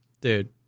Dude